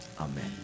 Amen